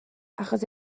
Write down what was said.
achos